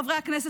חברי הכנסת,